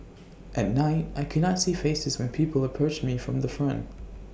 at night I could not see faces when people approached me from the front